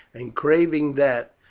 and craving that,